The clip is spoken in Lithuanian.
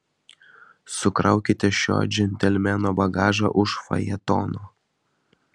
sukraukite šio džentelmeno bagažą už fajetono